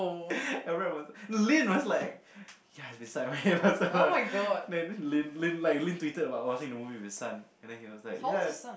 everyone was like Lynn was like yeah he's beside me for so long then this Lynn like Lynn tweeted about watching a movie with her son and then he was like yeah